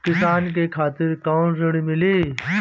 किसान के खातिर कौन ऋण मिली?